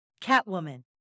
Catwoman